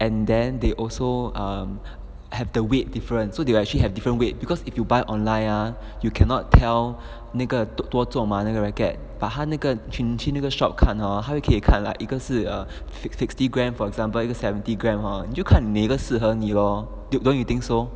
and then they also um have the weight difference so they actually have different weight because if you buy online ah you cannot tell 那个多重吗那个 racket but 他那个 chin chin 那个 shop 你可以看来一个是 um fif~ sixty gram for example 一个 seventy gram hor 你就看哪个适合你 lor don't you think so